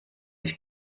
ich